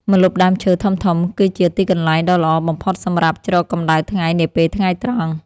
ម្លប់ដើមឈើធំៗគឺជាទីកន្លែងដ៏ល្អបំផុតសម្រាប់ជ្រកកម្តៅថ្ងៃនាពេលថ្ងៃត្រង់។